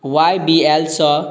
Y B L सँ